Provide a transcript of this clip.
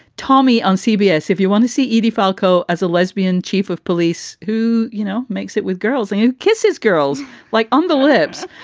tommy, on cbs, if you want to see edie falco as a lesbian chief of police who, you know, makes it with girls and kisses girls like on the lips.